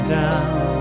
down